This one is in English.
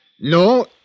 No